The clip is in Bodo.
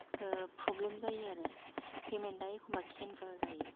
प्रब्लेम जायो आरो पेमेन्ता एखम्बा केन्सेल जायो